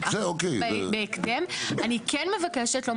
אני מבקשת להעביר התייחסות מסודרת.